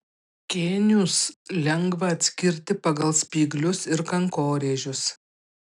kėnius lengva atskirti pagal spyglius ir kankorėžius